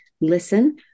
listen